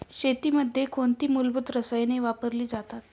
शेतीमध्ये कोणती मूलभूत रसायने वापरली जातात?